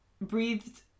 breathed